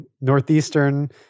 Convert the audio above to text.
northeastern